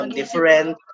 different